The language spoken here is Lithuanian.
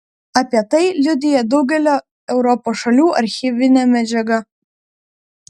apie tai liudija daugelio europos šalių archyvinė medžiaga